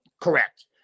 Correct